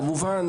כמובן,